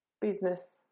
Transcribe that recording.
business